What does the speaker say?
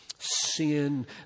Sin